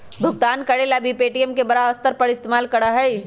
भुगतान करे ला भी पे.टी.एम के बड़ा स्तर पर इस्तेमाल करा हई